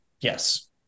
Yes